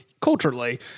culturally